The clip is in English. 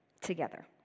Together